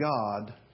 God